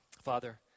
Father